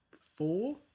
four